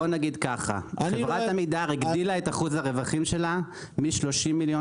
בוא נגיד ככה: חברת עמידר הגדילה את אחוז הרווחים שלה מ-30 מיליון